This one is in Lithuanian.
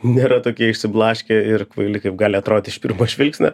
nėra tokie išsiblaškę ir kvaili kaip gali atrodyt iš pirmo žvilgsnio